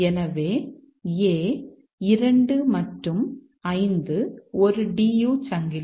எனவே a 2 மற்றும் 5 ஒரு DU சங்கிலி